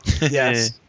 Yes